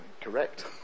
Correct